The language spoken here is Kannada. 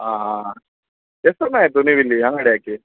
ಹಾಂ ಹಾಂ ಹಾಂ ಎಷ್ಟ್ ಸಮಯ ಆಯಿತು ನೀವು ಇಲ್ಲಿ ಅಂಗಡಿ ಹಾಕಿ